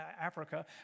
Africa